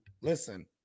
listen